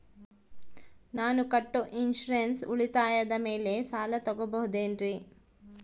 ನಾನು ಕಟ್ಟೊ ಇನ್ಸೂರೆನ್ಸ್ ಉಳಿತಾಯದ ಮೇಲೆ ಸಾಲ ತಗೋಬಹುದೇನ್ರಿ?